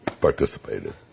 participated